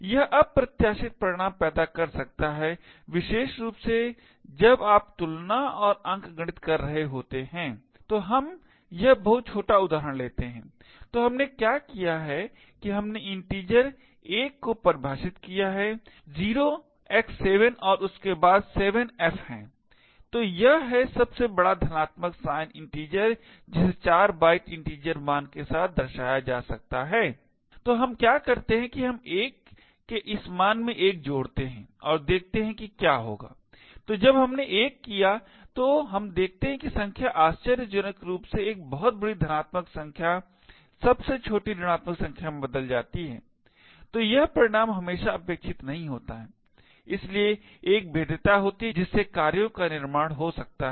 यह अप्रत्याशित परिणाम पैदा कर सकता है विशेष रूप से जब आप तुलना और अंकगणित कर रहे होते हैं तो हम यह बहुत छोटा उदाहरण लेते हैं तो हमने क्या किया है कि हमने इन्टिजर 1 को परिभाषित किया है 0x7 और उसके बाद 7 fs है तो यह है सबसे बड़ा धनात्मक साइन इन्टिजर जिसे 4 बाइट इन्टिजर मान के साथ दर्शाया जा सकता है तो हम क्या करते हैं हम 1 के इस मान में 1 जोड़ते हैं और देखते हैं कि क्या होगा तो जब हमने 1 किया तो हम देखते हैं कि संख्या आश्चर्यजनक रूप से एक बहुत बड़ी धनात्मक संख्या सबसे छोटी ऋणात्मक संख्या में बदलती है तो यह परिणाम हमेशा अपेक्षित नहीं होता है और इसलिए एक भेद्यता होती है जिससे कार्यों का निर्माण हो सकता है